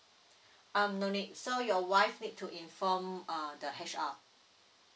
um no need so your wife need to inform uh the H_R